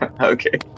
Okay